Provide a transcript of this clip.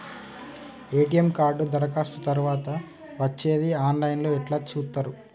ATM card దరఖాస్తు తరువాత వచ్చేది ఆన్ లైన్ లో ఎట్ల చూత్తరు?